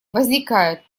возникает